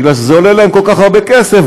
כי זה עולה להם כל כך הרבה כסף,